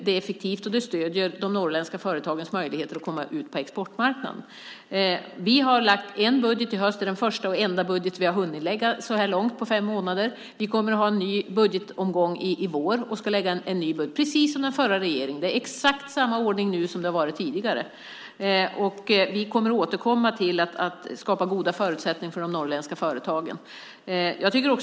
Det är effektivt, och det stöder de norrländska företagens möjligheter att komma ut på exportmarknaden. Vi lade fram en budget i höstas. Det är den första och enda budget vi har hunnit lägga fram på dessa fem månader. Vi kommer att ha en ny budgetomgång i vår, precis som den förra regeringen. Det är exakt samma ordning nu som det har varit tidigare. Vi kommer att återkomma till att skapa goda förutsättningar för de norrländska företagen.